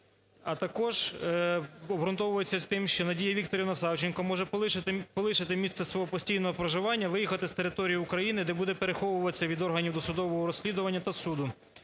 А також обґрунтовується тим, що Надія Вікторівна Савченко може полишити місце свого постійного проживання, виїхати з території України, де буде переховуватися від органів досудового розслідування та суду,